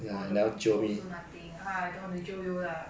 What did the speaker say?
all the also nothing !wah! I don't want to jio you lah